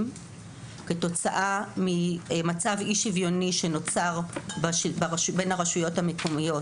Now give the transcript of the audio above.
כתוצאה ממצב אי שוויוני שנוצר בין הרשויות המקומיות.